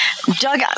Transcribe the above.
Doug